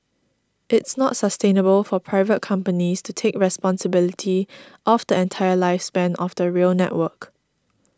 it's not sustainable for private companies to take responsibility of the entire lifespan of the rail network